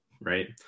right